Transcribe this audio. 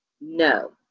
no